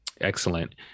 excellent